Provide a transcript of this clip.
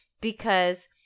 because-